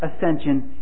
ascension